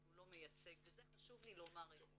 אבל הוא לא מייצג וחשוב לי לומר את זה.